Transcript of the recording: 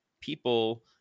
people